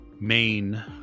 main